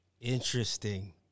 interesting